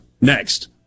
next